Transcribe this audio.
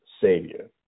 Savior